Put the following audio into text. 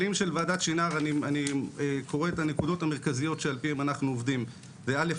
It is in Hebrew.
אני קורא את הנקודות המרכזיות שעל פיהן אנחנו עובדים: "א.